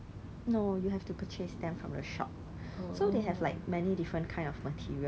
!aiya! value shop everytime like such short change there short short change